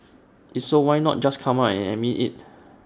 is so why not just come out and admit IT